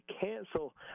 cancel